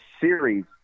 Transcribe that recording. series